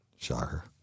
Shocker